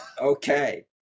Okay